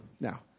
Now